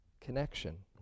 connection